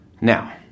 Now